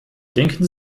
denken